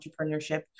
entrepreneurship